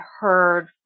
heard